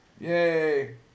Yay